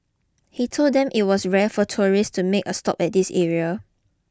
he told them it was rare for tourists to make a stop at this area